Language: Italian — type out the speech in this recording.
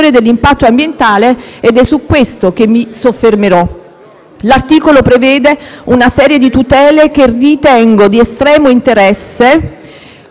dell'impatto ambientale, ed è su questo che mi soffermerò. L'articolo prevede una serie di tutele che ritengo di estremo interesse,